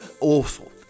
Awful